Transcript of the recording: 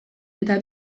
eta